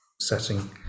setting